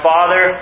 Father